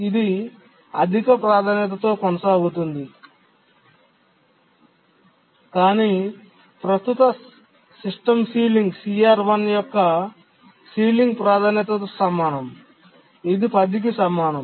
ఇది అధిక ప్రాధాన్యతతో కొనసాగుతుంది కాని ప్రస్తుత సిస్టమ్ సీలింగ్ CR1 యొక్క సీలింగ్ ప్రాధాన్యతతో సమానం ఇది 10 కి సమానం